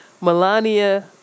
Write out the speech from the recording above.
Melania